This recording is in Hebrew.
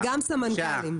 גם סמנכ"לים.